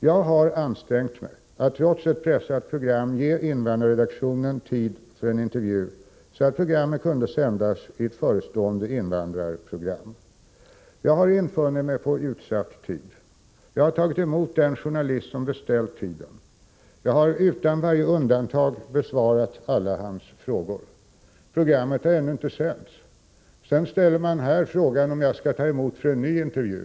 Jag har ansträngt mig att trots ett pressat program ge invandrarredaktionen tid för en intervju, så att programmet kunde sändas i ett förestående invandrarprogram. Jag har infunnit mig på utsatt tid. Jag har tagit emot den journalist som beställt tiden. Jag har utan varje undantag besvarat alla hans frågor. Programmet har ännu inte sänts. Sedan ställer man här frågan om jag skall ta emot vederbörande för en ny intervju.